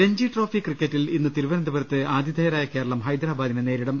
രഞ്ജിട്രോഫി ക്രിക്കറ്റിൽ ഇന്ന് തിരുവനന്തപുരത്ത് ആതിഥേയരായ കേരളം ഹൈദരബാദിനെ നേരിടും